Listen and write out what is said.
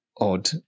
odd